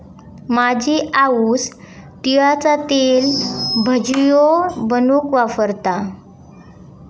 माझी आऊस तिळाचा तेल भजियो बनवूक वापरता